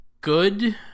good